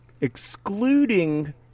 Excluding